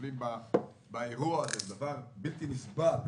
מטפלים באירוע הזה, וזה דבר בלתי נסבל.